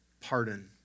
pardon